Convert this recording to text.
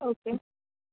okay